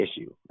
issue